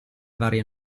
varie